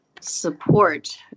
support